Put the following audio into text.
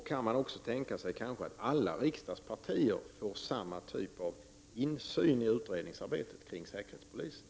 Kan man tänka sig att alla riksdagspartier får samma typ av insyn i utredningsarbetet kring säpos verksamhet?